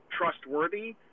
trustworthy